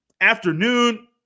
afternoon